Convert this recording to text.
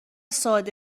ساده